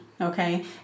okay